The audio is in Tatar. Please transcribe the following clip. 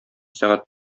сәгать